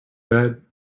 bed